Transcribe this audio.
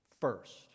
first